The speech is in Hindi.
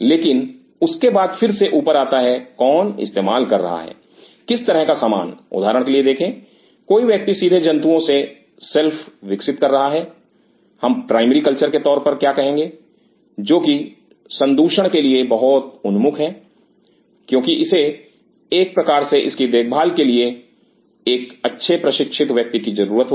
लेकिन उसके बाद फिर से ऊपर आता है कौन इस्तेमाल कर रहा है किस तरह का सामान उदाहरण के लिए देखें कोई व्यक्ति सीधे जंतुओं से सेल्फ विकसित कर रहा है हम प्राइमरी कल्चर के तौर पर क्या कहेंगे जो कि संदूषण के लिए बहुत उन्मुख है क्योंकि इसे एक प्रकार से इसकी देखरेख के लिए एक अच्छे प्रशिक्षित व्यक्ति की जरूरत होगी